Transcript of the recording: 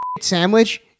sandwich